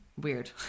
weird